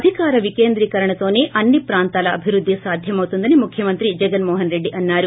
అధికార వికేందీకరణతోనే అన్ని పాంతాల అభివృద్ధి సాధ్యమవుతుందని ముఖ్యమంతి జగన్మాహన్ రెడ్డి అన్నారు